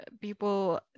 people